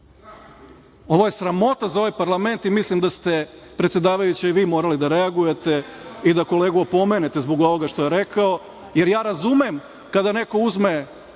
je sramota za ovaj parlament i mislim da ste, predsedavajuća, i vi morali da reagujete i da kolegu opomenete zbog ovoga što je rekao, jer ja razumem kada neko uzme